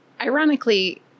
ironically